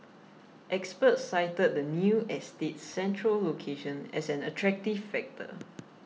experts cited the new estate's central location as an attractive factor